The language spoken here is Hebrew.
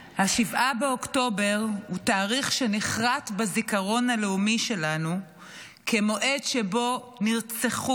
7 באוקטובר הוא תאריך שנחרת בזיכרון הלאומי שלנו כמועד שבו נרצחו,